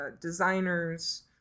designers